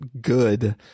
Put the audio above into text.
good